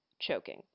choking